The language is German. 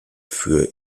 für